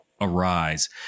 arise